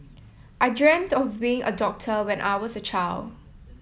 I dreamt of being a doctor when I was a child